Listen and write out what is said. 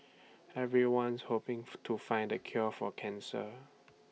everyone's hoping to find the cure for cancer